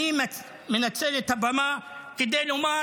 אני מנצל את הבמה כדי לומר